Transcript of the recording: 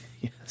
Yes